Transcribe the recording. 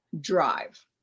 drive